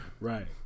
Right